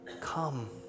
Come